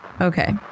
Okay